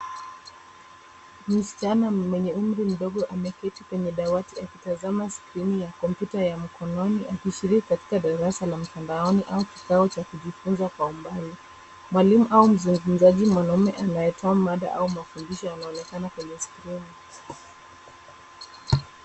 Msichana mwenye umri mdogo ameketi kwenye dawati akitazama skrini ya kompyuta ya mkononi akishiriki katika darasa la mtandaoni au kikao cha kujifunza kwa umbali. Mwalimu au mzungumzaji mwanaume anayetoa mada au mafundisho anaonekana kwenye skrini.